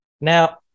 Now